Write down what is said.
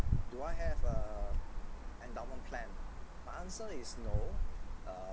do I have uh endowment plan my answer is no uh